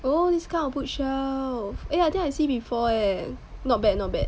oh this kind of bookshelf eh I think I see before eh not bad not bad